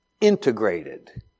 integrated